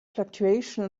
fluctuation